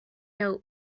note